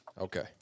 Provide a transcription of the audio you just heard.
Okay